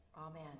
Amen